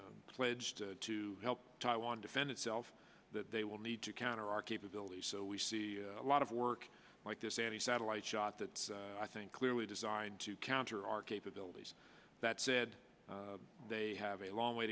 are pledged to help taiwan defend itself that they will need to counter our capabilities so we see a lot of work like this and the satellite shot that i think clearly designed to counter our capabilities that said they have a long way